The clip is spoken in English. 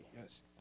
Yes